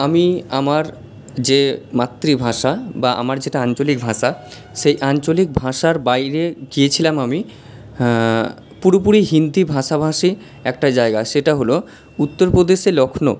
আমি আমার যে মাতৃভাষা বা আমার যেটা আঞ্চলিক ভাষা সেই আঞ্চলিক ভাষার বাইরে গিয়েছিলাম আমি পুরোপুরি হিন্দি ভাষাভাষী একটা জায়গা সেটা হলো উত্তরপ্রদেশের লখনউ